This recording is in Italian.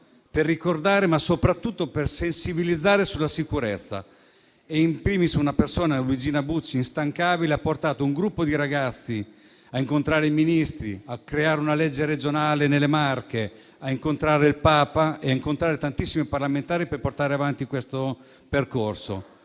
per ricordare e soprattutto per sensibilizzare sulla sicurezza. *In primis* una persona, Luigina Bucci, instancabile, ha portato un gruppo di ragazzi a incontrare i Ministri, a creare una legge regionale nelle Marche, a incontrare il Papa e tantissimi parlamentari, per portare avanti questo percorso.